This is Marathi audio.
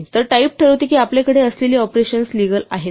तर टाइप ठरवते की आपल्याकडे असलेली ऑपरेशन्स लीगल आहेत का